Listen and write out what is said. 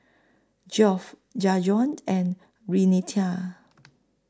Geoff Jajuan and Renita